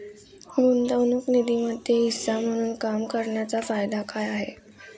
गुंतवणूक निधीमध्ये हिस्सा म्हणून काम करण्याच्या फायदा काय आहे?